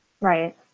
Right